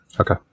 Okay